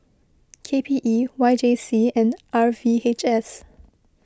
K P E Y J C and R V H S